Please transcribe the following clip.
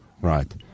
Right